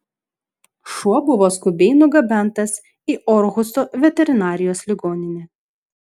šuo buvo skubiai nugabentas į orhuso veterinarijos ligoninę